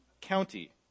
county